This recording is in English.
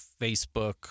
Facebook